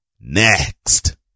next